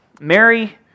Mary